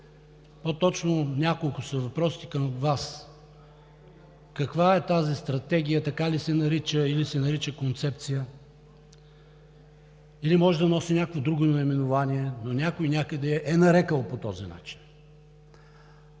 Няколко са въпросите ми към Вас: каква е тази стратегия? Така ли се нарича, или се нарича концепция, или може да носи някакво друго наименование, но някой някъде я е нарекъл по този начин?